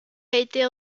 été